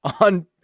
on